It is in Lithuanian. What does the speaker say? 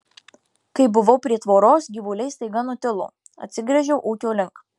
kai buvau prie tvoros gyvuliai staiga nutilo atsigręžiau ūkio link